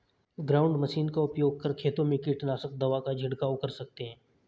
ground machine का उपयोग कर खेतों में कीटनाशक दवा का झिड़काव कर सकते है